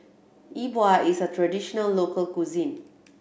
E Bua is a traditional local cuisine